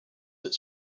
its